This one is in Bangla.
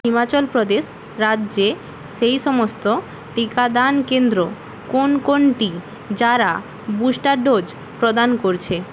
হিমাচল প্রদেশ রাজ্যে সেই সমস্ত টিকাদান কেন্দ্র কোন কোনটি যারা বুস্টার ডোজ প্রদান করছে